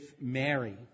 Mary